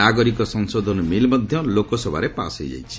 ନାଗରିକ ସଂଶୋଧନ ବିଲ୍ ମଧ୍ୟ ଲୋକସଭାରେ ପାସ୍ ହୋଇଯାଇଛି